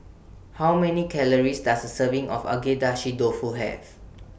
How Many Calories Does A Serving of Agedashi Dofu Have